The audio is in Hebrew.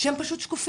שהם פשוט שקופים.